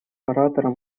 оратором